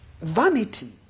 vanity